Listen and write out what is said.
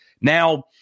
Now